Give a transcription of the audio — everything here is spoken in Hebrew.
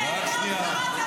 --- שבי בשקט.